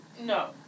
No